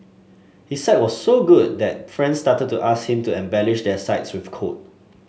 his site was so good that friends started to ask him to embellish their sites with code